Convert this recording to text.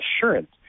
assurance